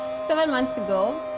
seven months to go.